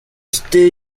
stage